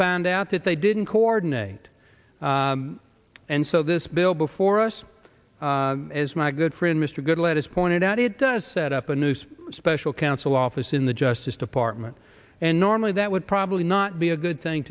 found out that they didn't coordinate and so this bill before us as my good friend mr goodlatte has pointed out it does set up a noose special council office in the justice department and normally that would probably not be a good thing